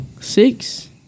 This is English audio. Six